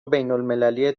بینالمللی